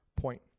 point